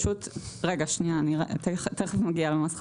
רגע שנייה אני תכף מגיעה לה מס חברות,